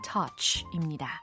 Touch입니다